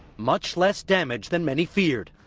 much less damage than many feared.